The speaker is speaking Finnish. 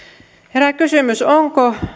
herää kysymys onko